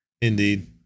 Indeed